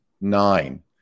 nine